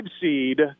seed